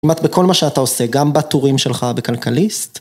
‫כמעט בכל מה שאתה עושה, ‫גם בטורים שלך בכלכליסט,